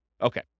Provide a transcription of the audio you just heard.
Okay